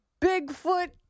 Bigfoot